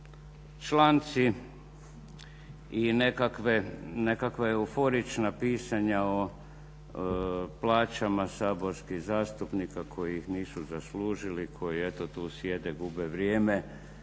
članci i nekakva euforična pisanja o plaćama saborskih zastupnika koji ih nisu zaslužili koji eto tu sjede, gube vrijeme,